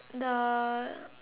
the